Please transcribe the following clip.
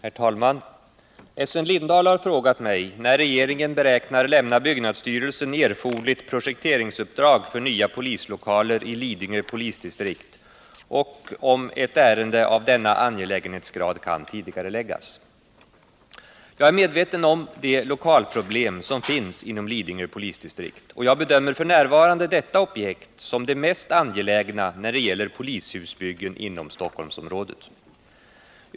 Herr talman! Essen Lindahl har frågat mig när regeringen beräknar lämna byggnadsstyrelsen erforderligt projekteringsupprag för nya polislokaler i Lidingö polisdistrikt och om ett ärende av denna angelägenhetsgrad kan tidigareläggas. Jag är medveten om de lokalproblem som finns inom Lidingö polisdistrikt, och jag bedömer f. n. detta objekt som det mest angelägna när det gäller polishusbyggen inom Stockholmsområdet.